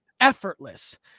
effortless